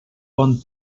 bon